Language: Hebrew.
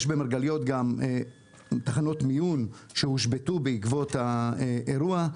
יש במרגליות גם תחנות מיון שהושבתו בעקבות האירוע.